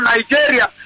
Nigeria